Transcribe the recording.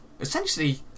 essentially